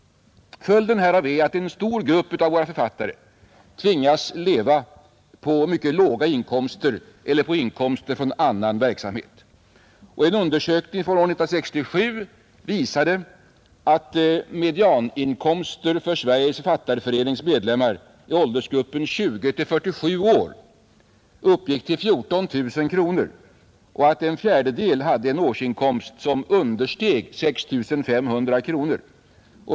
Följden härav är att en stor grupp av våra författare tvingas leva på mycket låga inkomster eller på inkomster från annan verksamhet. En undersökning 1967 visade att medianinkomsten för Sveriges författareförenings medlemmar i åldern 20—47 år uppgick till 14 000 kronor och att en fjärdedel av dem hade en årsinkomst som understeg 6 500 kronor.